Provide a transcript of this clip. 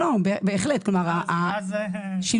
אז אנחנו מדברים על תוכנית שנקראת "רואים אותך",